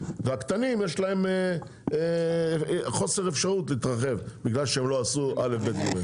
והקטנים יש להם חוסר אפשרות להתרחב בגלל שהם לא עשו א' ב' ג'.